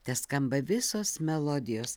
teskamba visos melodijos